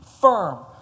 firm